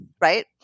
right